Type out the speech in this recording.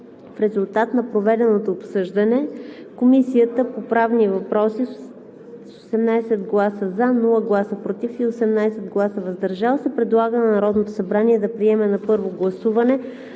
В резултат на проведеното обсъждане Комисията по правни въпроси с 18 гласа „за“, без „против“ и „въздържал се“ предлага на Народното събрание да приеме на първо гласуване